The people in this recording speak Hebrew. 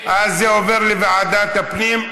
אז זה עובר לוועדת הפנים.